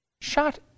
Shot